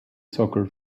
soccer